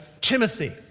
Timothy